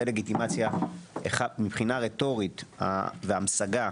דה לגיטימציה מבחינה רטורית והמשגה,